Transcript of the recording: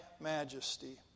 majesty